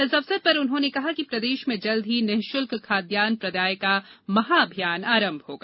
इस अवसर पर उन्होंने कहा कि प्रदेश में जल्द ही निःशुल्क खाद्यान प्रदाय का महा अभियान आरंभ होगा